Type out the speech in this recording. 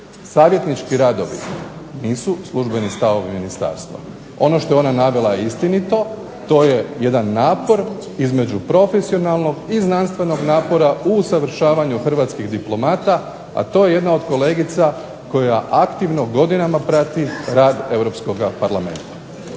Savjetnički radovi nisu službeni stavovi ministarstva. Ono što je ona navela je istinito. To je jedan napor između profesionalnog i znanstvenog napora u usavršavanju hrvatskih diplomata, a to je jedna od kolegica koja aktivno godinama prati rad Europskoga parlamenta.